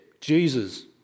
Jesus